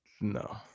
No